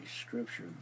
scripture